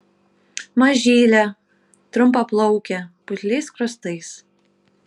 mažylė trumpaplaukė putliais skruostais